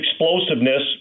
explosiveness